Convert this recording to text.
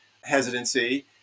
hesitancy